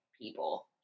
people